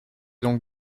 donc